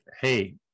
hey